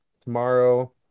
tomorrow